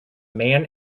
man